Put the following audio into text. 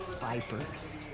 Vipers